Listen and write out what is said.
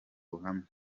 ruhame